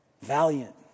valiant